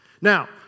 Now